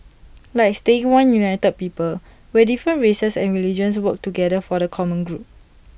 like staying one united people where different races and religions work together for the common good